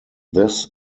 this